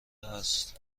است